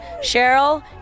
Cheryl